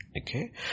Okay